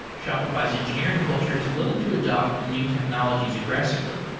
shopify's engineering culture is willing to adapt new technologies aggressively,